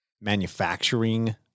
manufacturing